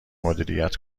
مدیریت